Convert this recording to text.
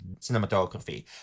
cinematography